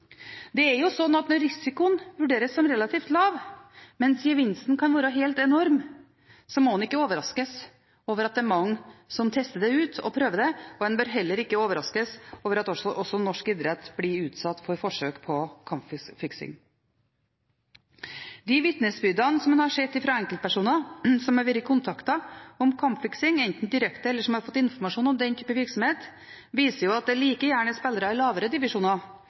Det er jo slik at når risikoen vurderes som relativt lav, mens gevinsten kan være helt enorm, må en ikke overraskes over at det er mange som tester det ut og prøver det. En bør heller ikke overraskes over at også norsk idrett blir utsatt for forsøk på kampfiksing. De vitnesbyrdene som en har sett fra enkeltpersoner som har vært kontaktet om kampfiksing – enten direkte eller som har fått informasjon om den type virksomhet – viser at det like gjerne er spillere i lavere divisjoner